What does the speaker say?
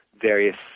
various